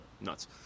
nuts